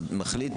מחליט